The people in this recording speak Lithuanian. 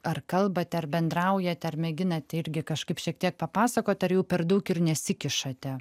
ar kalbate ar bendraujate ar mėginate irgi kažkaip šiek tiek papasakot ar jau per daug ir nesikišate